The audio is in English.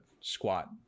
squat